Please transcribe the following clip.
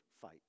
fight